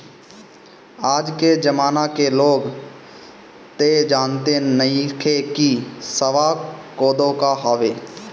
आज के जमाना के लोग तअ जानते नइखे की सावा कोदो का हवे